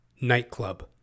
nightclub